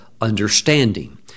understanding